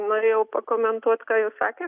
norėjau pakomentuot ką jūs sakėt